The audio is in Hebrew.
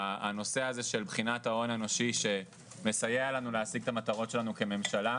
הנושא הזה של בחינת ההון האנושי שמסייע להשיג את המטרות שלנו כממשלה,